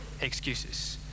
excuses